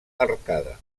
arcada